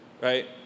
right